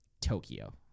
Tokyo